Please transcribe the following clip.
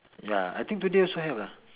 ah I think today also have lah